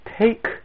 Take